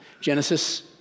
Genesis